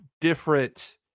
different